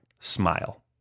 smile